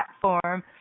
platform